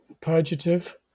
purgative